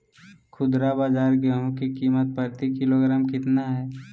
खुदरा बाजार गेंहू की कीमत प्रति किलोग्राम कितना है?